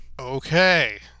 Okay